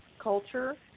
culture